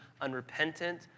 unrepentant